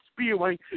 spewing